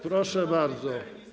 Proszę bardzo.